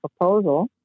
proposal